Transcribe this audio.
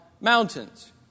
mountains